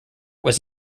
was